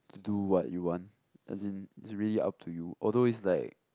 do what you want as in is really up to you although is like